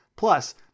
Plus